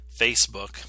Facebook